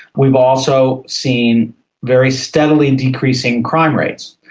we've also seen very steadily decreasing crime rates.